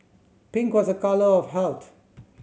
pink was a colour of health